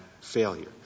failure